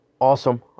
awesome